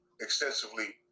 extensively